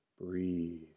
Breathe